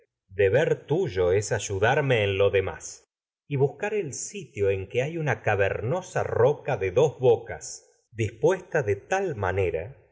engañaremos deber tuyo ayudarme en lo demás y buscar el sitio pu que hay una cavernosa roca de dos bocas dispuesta tragedias de sófocles de tal manera